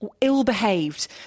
ill-behaved